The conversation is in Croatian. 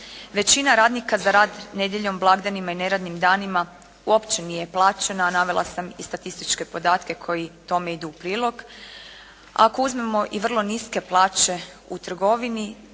Većina radnika za rad nedjeljom, blagdanima i neradnim danima uopće nije plaćena, a navela sam i statističke podatke koji tome idu u prilog, a ako uzmemo i vrlo niske plaće u trgovini